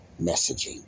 messaging